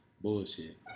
bullshit